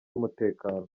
umutekano